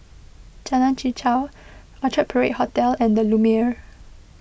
Jalan Chichau Orchard Parade Hotel and the Lumiere